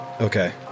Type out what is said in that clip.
Okay